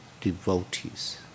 devotees